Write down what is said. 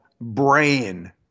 brain